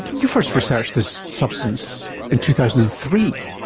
you first researched this substance in two thousand and three,